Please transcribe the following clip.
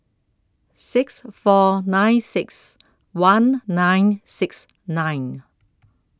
six four nine six one nine six nine